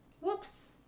Whoops